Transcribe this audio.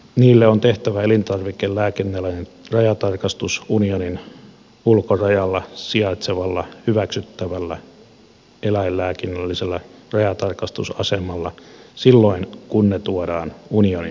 niille on tehtävä eläinlääkinnällinen rajatarkastus unionin ulkorajalla sijaitsevalla hyväksyttävällä eläinlääkinnällisellä rajatarkastusasemalla silloin kun ne tuodaan unionin alueelle